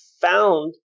found